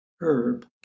Herb